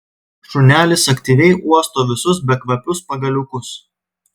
šunelis aktyviai uosto visus bekvapius pagaliukus